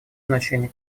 значение